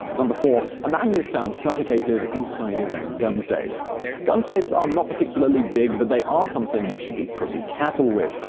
um but four. a man was found suffocated inside his own gun safe gun safes are not particularly big, but they are something you should be pretty careful with.